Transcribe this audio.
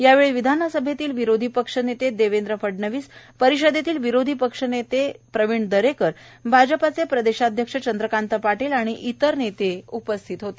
यावेळी विधानसभेतील विरोधी पक्षनेते देवेंद्र फडणवीस परिषदेतील विरोधी पक्षनेते प्रवीण दरेकर भाजप प्रदेशाध्यक्ष चंद्रकांत पाटील आणि इतर नेते उपस्थित होते